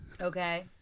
Okay